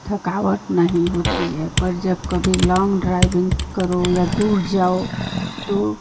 थकावट नहीं होती है पर जब कभी लॉन्ग ड्राइविन्ग करो या दूर जाओ तो